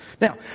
Now